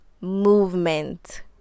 movement